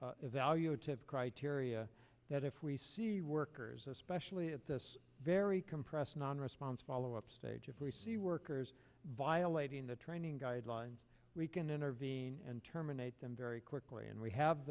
evaluative criteria that if we see workers especially at this very compressed non response follow up stage if we see workers violating the training guidelines we can intervene and terminate them very quickly and we have